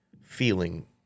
feeling